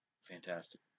fantastic